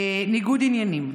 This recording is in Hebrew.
ניגוד עניינים.